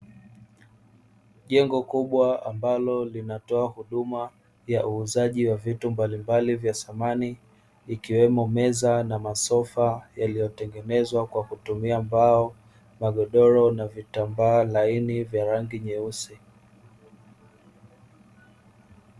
Jengo kubwa ambalo linatoa huduma ya uuzaji wa vitu mbalimbali vya samani, ikiwemo meza na masofa yaliyotengenezwa kwa kutumia mbao, magodoro, vitambaa laini vya rangi nyeusi.